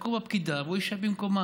תקום הפקידה והוא ישב במקומה.